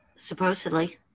supposedly